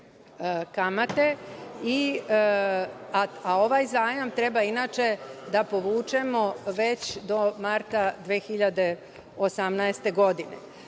kamate, a ovaj zajam treba, inače, da povučemo već do marta 2018. godine. Mi